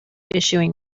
issuing